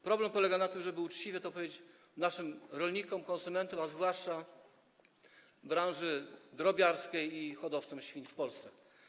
Problem polega na tym, żeby uczciwie to powiedzieć naszym rolnikom, konsumentom, a zwłaszcza branży drobiarskiej i hodowcom świń w Polsce.